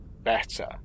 better